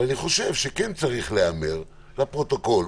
אני חושב שכן צריך להיאמר לפרוטוקול,